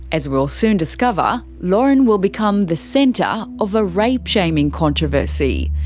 as we'll soon discover, lauren will become the centre of a rape shaming controversy.